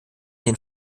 den